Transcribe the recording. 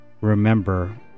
remember